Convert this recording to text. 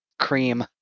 cream